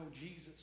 Jesus